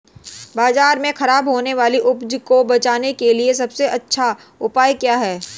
बाजार में खराब होने वाली उपज को बेचने के लिए सबसे अच्छा उपाय क्या है?